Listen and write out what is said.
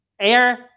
AIR